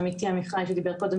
עמיתי עמיחי שדיבר קודם,